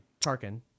Tarkin